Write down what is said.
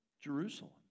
Jerusalem